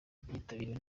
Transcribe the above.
ryitabiriwe